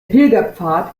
pilgerpfad